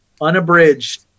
unabridged